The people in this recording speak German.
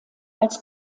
als